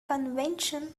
convention